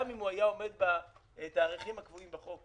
גם אם הוא היה עומד בתאריכים הקבועים בחוק.